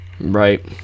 Right